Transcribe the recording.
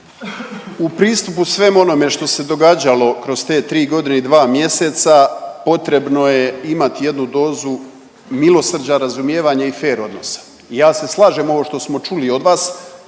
U pristupu svemu onome što se događalo kroz te 3 godine i 2 mjeseca potrebno je imati jednu dozu milosrđa, razumijevanja i fer odnosa i ja se slažem, ovo što smo čuli od vas,